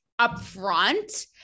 upfront